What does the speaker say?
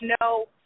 no